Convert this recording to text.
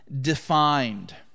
defined